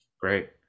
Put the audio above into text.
Great